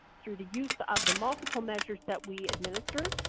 through the use of the multiple measures that we administer,